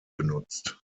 genutzt